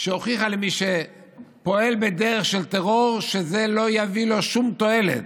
שבו הוכיחה למי שפועל בדרך של טרור שזה לא יביא לו שום תועלת,